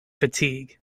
fatigue